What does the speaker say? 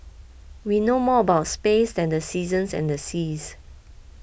we know more about space than the seasons and the seas